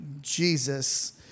Jesus